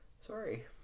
Sorry